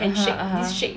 (uh huh) (uh huh)